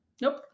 Nope